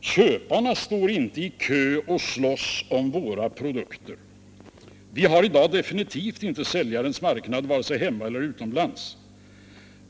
Köparna står inte i kö och slåss om våra produkter. Det är i dag definitivt inte säljarens marknad vare sig hemma eller utomlands.